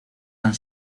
han